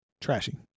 Trashy